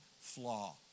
flaw